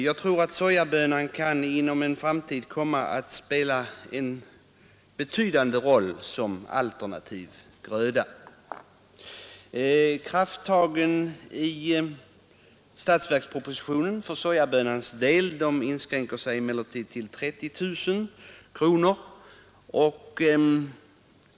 Jag tror att sojabönan kan inom en framtid komma att spela en betydande roll som alternativ gröda. Krafttagen i statsverkspropositionen för sojabönans del inskränker sig emellertid till 30 000 kronor.